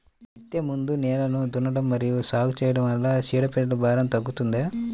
విత్తే ముందు నేలను దున్నడం మరియు సాగు చేయడం వల్ల చీడపీడల భారం తగ్గుతుందా?